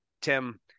Tim